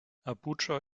abuja